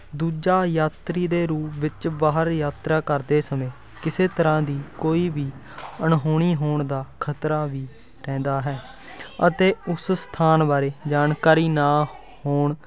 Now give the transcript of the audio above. ਦੂਜਾ ਯਾਤਰੀ ਦੇ ਰੂਪ ਵਿੱਚ ਬਾਹਰ ਯਾਤਰਾ ਕਰਦੇ ਸਮੇਂ ਕਿਸੇ ਤਰ੍ਹਾਂ ਦੀ ਕੋਈ ਵੀ ਅਣਹੋਣੀ ਹੋਣ ਦਾ ਖਤਰਾ ਵੀ ਰਹਿੰਦਾ ਹੈ ਅਤੇ ਉਸ ਸਥਾਨ ਬਾਰੇ ਜਾਣਕਾਰੀ ਨਾ ਹੋਣ